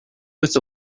was